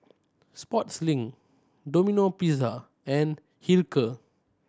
Sportslink Domino Pizza and Hilker